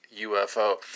UFO